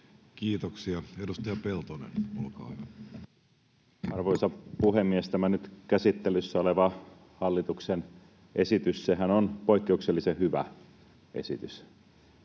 Kiitoksia. — Edustaja Peltonen, olkaa hyvä. Arvoisa puhemies! Tämä nyt käsittelyssä oleva hallituksen esityshän on poikkeuksellisen hyvä esitys.